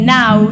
now